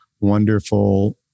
wonderful